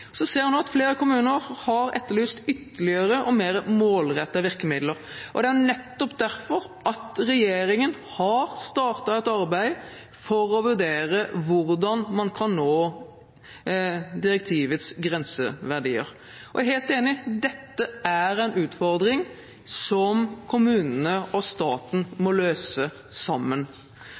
Så ser en at flere kommuner har etterlyst ytterligere og mer målrettede virkemidler. Det er nettopp derfor regjeringen har startet et arbeid for å vurdere hvordan man kan nå direktivets grenseverdier. Jeg er helt enig i at dette er en utfordring som kommunene og staten må løse sammen.